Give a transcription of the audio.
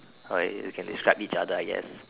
alright you can describe each other I guess